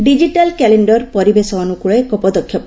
digital calendar ପରିବେଶ ଅନୁକୂଳ ଏକ ପଦକ୍ଷେପ